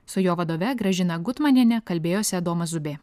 su jo vadove gražina gutmaniene kalbėjosi adomas zubė